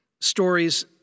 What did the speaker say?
stories